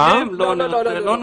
הממשלה.